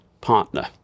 partner